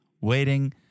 waiting